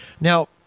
Now